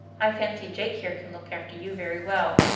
i fancy jake here can look after you very well.